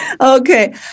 Okay